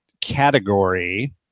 category